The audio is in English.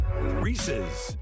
Reese's